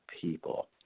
people